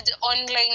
online